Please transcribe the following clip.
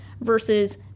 versus